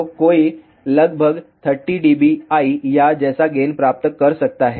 तो कोई लगभग 30 dBi या जैसा गेन प्राप्त कर सकता है